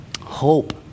hope